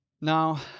Now